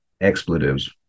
expletives